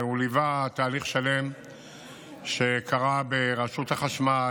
והוא ליווה תהליך שלם שקרה ברשות החשמל,